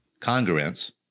congruence